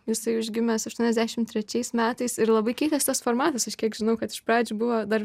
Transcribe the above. jisai užgimęs aštuoniasdešimt trečiais metais ir labai keistas tas formatas aš kiek žinau kad iš pradžių buvo dar